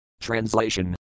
Translation